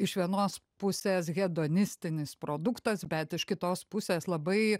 iš vienos pusės hedonistinis produktas bet iš kitos pusės labai